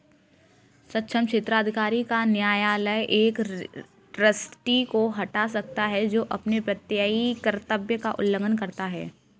सक्षम क्षेत्राधिकार का न्यायालय एक ट्रस्टी को हटा सकता है जो अपने प्रत्ययी कर्तव्य का उल्लंघन करता है